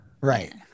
Right